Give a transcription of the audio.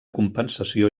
compensació